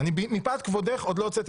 אף פעם לא סתמתי